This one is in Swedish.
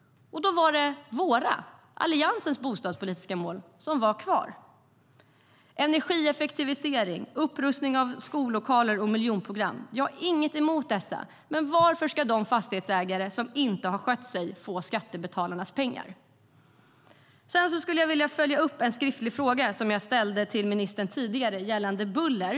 Då var det Alliansens bostadspolitiska mål som var kvar. Sedan skulle jag vilja följa upp en skriftlig fråga som jag ställde till ministern tidigare gällande buller.